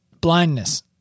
blindness